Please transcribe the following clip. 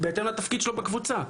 בהתאם לתפקיד שלו בקבוצה,